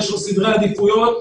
יש לו סדרי עדיפויות,